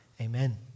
amen